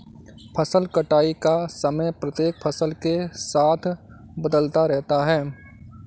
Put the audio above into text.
फसल कटाई का समय प्रत्येक फसल के साथ बदलता रहता है